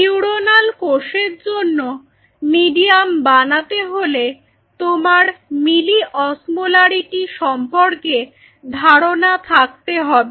neuronal কোষের জন্য medium বানাতে হলে তোমার মিলি অসমোলারিটি সম্পর্কে ধারণা থাকতে হবে